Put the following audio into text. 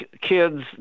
kids